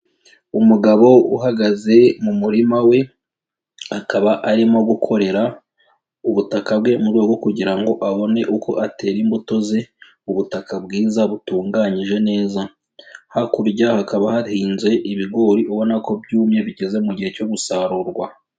Umugabo uhagaze mu murima we akaba arimo gukorera ubutaka bwe mu rugo kugira abone uko atera imbuto ze, ubutaka bwiza butunganyije neza, hakurya hakaba hahinze ibigori ubona ko byumye bigeze mu gihe cyo gusarurwa.